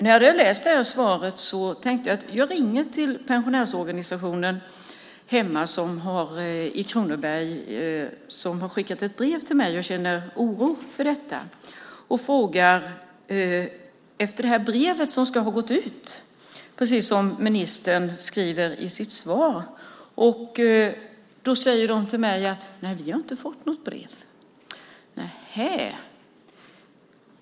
När jag hade läst svaret ringde jag till pensionärsorganisationen hemma i Kronoberg, som skickat ett brev till mig om att de känner oro för detta, och frågade efter det brev som ska ha gått ut, vilket ministern skriver om i sitt svar. Då sade de till mig: Nej, vi har inte fått något brev. Nehej.